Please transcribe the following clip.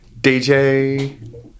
DJ